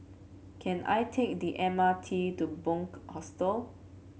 can I take the M R T to Bunc Hostel